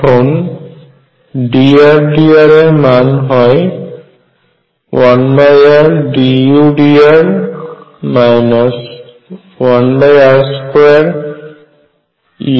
এখন dRdr এর মান হয় 1rdudr 1r2u